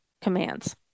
commands